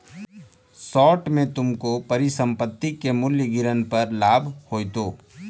short में तुमको परिसंपत्ति के मूल्य गिरन पर लाभ होईतो